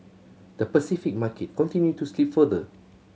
the Pacific market continued to slip further